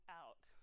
out